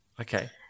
Okay